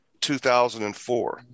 2004